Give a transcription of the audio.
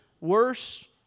worse